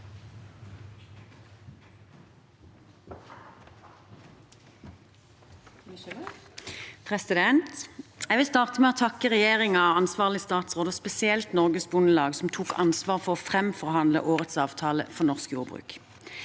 Jeg vil starte med å takke regjeringen, ansvarlig statsråd og spesielt Norges Bondelag, som tok ansvar for å framforhandle årets avtale for norsk jordbruk.